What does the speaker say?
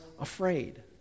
afraid